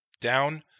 Down